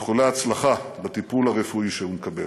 איחולי הצלחה בטיפול הרפואי שהוא מקבל.